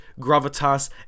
gravitas